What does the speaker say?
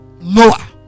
Noah